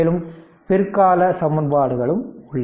மேலும் பிற்கால சமன்பாடுகளும் உள்ளன